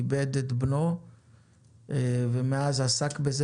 איבד את בנו ומאז עסק בזה.